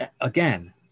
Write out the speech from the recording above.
again